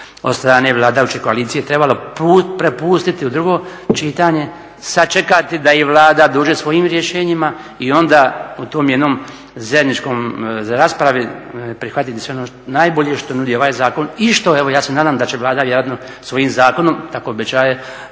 strane vladajuće koalicije trebalo prepustiti u drugo čitanje, sačekati da i Vlada dođe sa svojim rješenjima i onda u toj jednoj zajedničkoj raspravi prihvatiti najbolje što nudi ovaj zakon i što, evo ja se nadam da će Vlada vjerojatno svojim zakonom, tako obećaje,